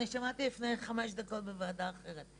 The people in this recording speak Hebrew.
אני שמעתי לפני חמש דקות בוועדה אחרת.